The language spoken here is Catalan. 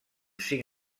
cinc